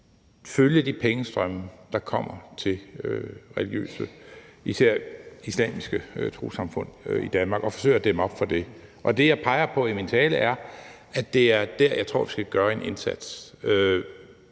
følge de pengestrømme, der kommer til religiøse og især islamiske trossamfund i Danmark, og forsøge at dæmme op for det. Og det, jeg peger på i min tale, er, at det er der, jeg tror vi skal gøre en indsats.